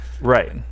right